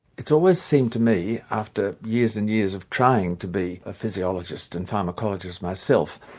it's always seemed to me after years and years of trying to be a physiologist and pharmacologist myself,